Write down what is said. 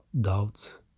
doubts